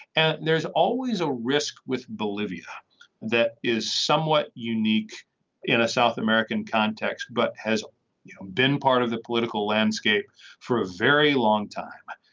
and there's always a risk with bolivia that is somewhat unique in a south american context but has been part of the political landscape for a very long time.